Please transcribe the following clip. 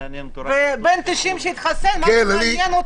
בן 90 שהתחסן מה מעניין אותו